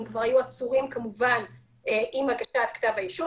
הם כבר היו עצורים כמובן עם הגשת כתב האישום,